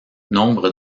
nombre